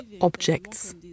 objects